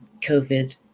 covid